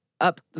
up